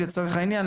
לצורך העניין,